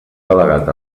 delegat